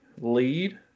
lead